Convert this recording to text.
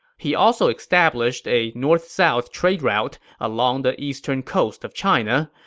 he also established a north-south trade route along the eastern coast of china.